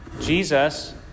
Jesus